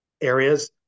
areas